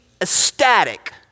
ecstatic